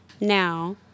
Now